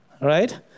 Right